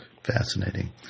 Fascinating